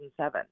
2007